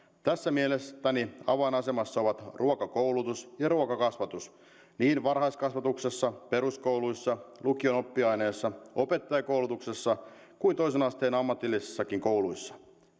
tässä mielestäni avainasemassa ovat ruokakoulutus ja ruokakasvatus niin varhaiskasvatuksessa peruskoulussa lukion oppiaineissa opettajakoulutuksessa kuin toisen asteen ammatillisissakin kouluissa